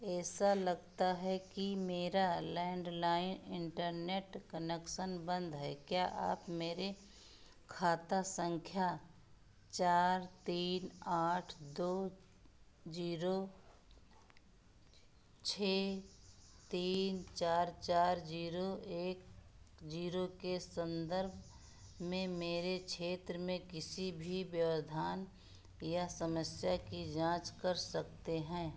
ऐसा लगता है कि मेरा लैंडलाइन इंटरनेट कनेक्सन बंद है क्या आप मेरे खाता संख्या चार तीन आठ दो जीरो छः तीन चार चार जीरो एक जीरो के संदर्भ में मेरे क्षेत्र में किसी भी व्यवधान या समस्या की जाँच कर सकते हैं